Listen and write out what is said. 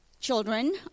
children